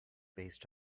based